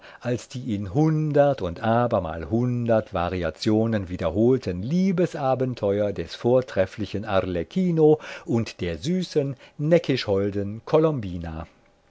als die in hundert und abermal hundert variationen wiederholten liebesabenteuer des vortrefflichen arlecchino mit der süßen neckisch holden